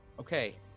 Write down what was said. Okay